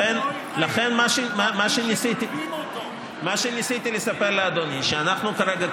לכן מה שניסיתי לספר לאדוני הוא שאנחנו כרגע,